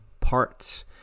parts